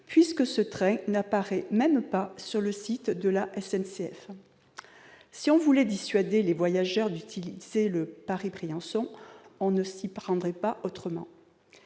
puisque ce train n'apparaît même pas sur le site de la SNCF. Si l'on voulait dissuader les voyageurs d'utiliser le Paris-Briançon, on ne s'y prendrait pas autrement